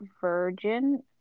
Virgin